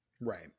Right